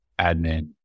admin